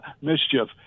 mischief